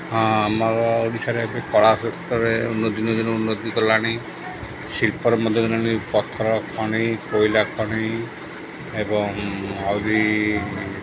ହଁ ଆମର ଓଡ଼ିଶାରେ ଏବେ କଳା କ୍ଷେତ୍ରରେ ଉନ୍ନତି ଦିନକୁ ଦିନ ଉନ୍ନତି କଲାଣି ଶିଳ୍ପର ମଧ୍ୟ ଦିନକୁ ଦିନ ପଥର ଖଣି କୋଇଲା ଖଣି ଏବଂ ଆହୁରି